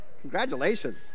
congratulations